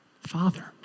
Father